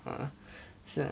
uh so